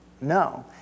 no